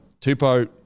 Tupo